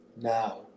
Now